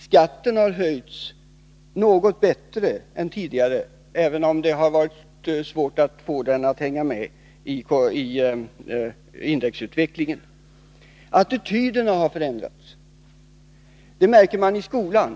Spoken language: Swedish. Skatten har höjts något bättre än tidigare, även om det har varit svårt att få den att hänga med i indexutvecklingen. Attityderna har förändrats. Det märker man i skolan.